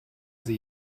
sie